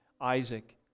Isaac